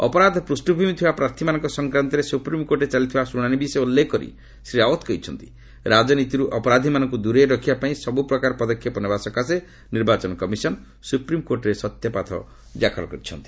ଅପରାଧ ପୃଷ୍ଠଭୂମି ଥିବା ପ୍ରାର୍ଥୀମାନଙ୍କ ସଂକ୍ରାନ୍ତରେ ସୁପିମ୍ରକୋର୍ଟରେ ଚାଲିଥିବା ଶୁଣାଣି ବିଷୟ ଉଲ୍ଲେଖ କରି ଶ୍ରୀ ରାଓ୍ୱତ୍ କହିଛନ୍ତି ରାଜନୀତିରୁ ଅପରାଧୀମାନଙ୍କୁ ଦୂରେଇ ରଖିବା ପାଇଁ ସବୁ ପ୍ରକାର ପଦକ୍ଷେପ ନେବା ପାଇଁ ନିର୍ବାଚନ କମିଶନ୍ ସୁପ୍ରିମ୍କୋର୍ଟରେ ସତ୍ୟପାଠ ଦାଖଲ କରିଛନ୍ତି